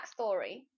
backstory